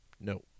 No